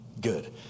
Good